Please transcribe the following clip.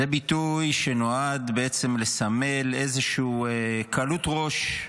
זה ביטוי שנועד בעצם לסמל איזושהי קלות ראש,